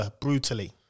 Brutally